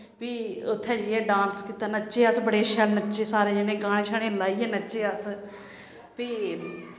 फ्ही उत्थें जाइयै डांस कीता नच्चे अस बड़े शैल नच्चे सारे जने गाने शाने लाइयै नच्चे अस फ्ही